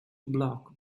block